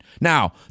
Now